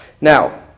Now